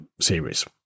series